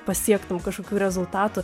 pasiektum kažkokių rezultatų